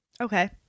Okay